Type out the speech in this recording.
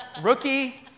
Rookie